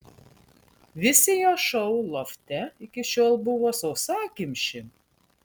visi jo šou lofte iki šiol buvo sausakimši